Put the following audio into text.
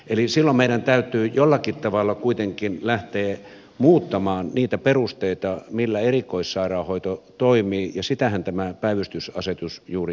eli silloin meidän täytyy jollakin tavalla kuitenkin lähteä muuttamaan niitä perusteita joilla erikoissairaanhoito toimii ja sitähän tämä päivystysasetus juuri tekee